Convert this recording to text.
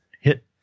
hit